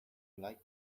like